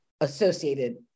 associated